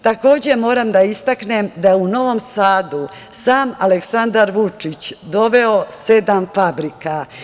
Takođe, moram da istaknem da je u Novom Sadu sam Aleksandar Vučić doveo sedam fabrika.